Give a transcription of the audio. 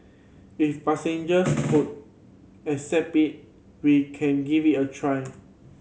if passengers could accept we can give it a try